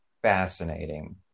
fascinating